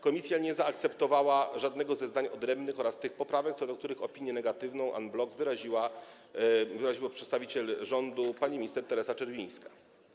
Komisja nie zaakceptowała żadnego ze zdań odrębnych ani tych poprawek, co do których opinię negatywną en bloc wyraziła przedstawiciel rządu pani minister Teresa Czerwińska.